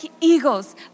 eagles